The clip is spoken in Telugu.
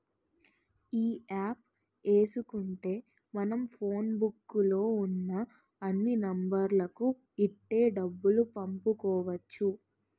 ఈ యాప్ ఏసుకుంటే మనం ఫోన్ బుక్కు లో ఉన్న అన్ని నెంబర్లకు ఇట్టే డబ్బులు పంపుకోవచ్చు